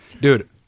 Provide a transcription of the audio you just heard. Dude